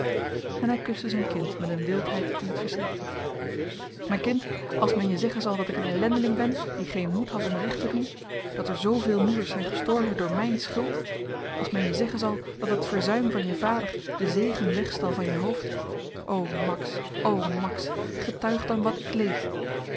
en hy kuste zyn kind met een wildheid die t verschrikte myn kind als men je zeggen zal dat ik een ellendeling ben die geen moed had om recht te doen dat er zooveel moeders zyn gestorven door myn schuld als men je zeggen zal dat het verzuim van je vader den zegen wegstal van je hoofd o max o max getuig dan wat ik leed